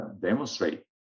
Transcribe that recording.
demonstrate